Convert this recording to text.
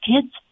kids